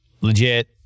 Legit